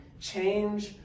change